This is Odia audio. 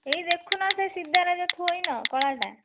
ଏଇ ଦେଖୁନ ସେଇ ସିଧାରେ ଯେଉଁ ଥୋଇନ କଳାଟା